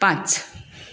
पांच